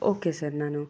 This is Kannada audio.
ಓಕೆ ಸರ್ ನಾನು